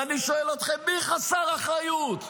ואני שואל אתכם, מי חסר אחריות?